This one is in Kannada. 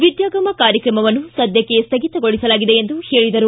ವಿದ್ಯಾಗಮ ಕಾರ್ಯಕ್ರಮವನ್ನು ಸದ್ವಕ್ಷೆ ಸ್ವಗಿತಗೊಳಿಸಲಾಗಿದೆ ಎಂದು ಹೇಳಿದರು